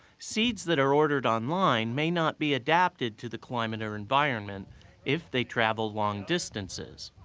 seeds that are ordered online may not be adapted to the climate or environment if they travel long distances.